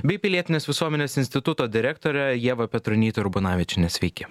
bei pilietinės visuomenės instituto direktore ieva petronyte urbonavičiene sveiki